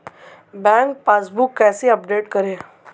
Bank passbook कैसे update करें?